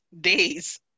days